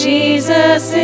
Jesus